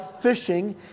fishing